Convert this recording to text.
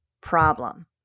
problem